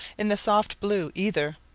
in the soft blue ether,